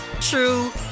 true